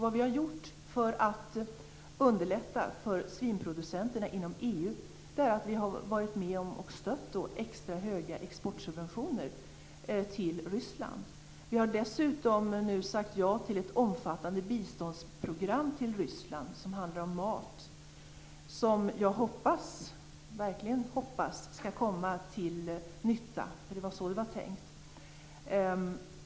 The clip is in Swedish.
Vad vi har gjort för att underlätta för svinproducenterna inom EU är att vi har stött extra höga exportsubventioner till Ryssland. Dessutom har vi sagt ja till ett omfattande biståndsprogram i Ryssland som handlar om mat. Jag hoppas verkligen att det skall komma till nytta, för det var så som det var tänkt.